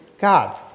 God